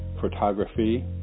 photography